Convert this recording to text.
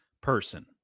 person